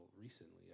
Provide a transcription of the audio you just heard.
recently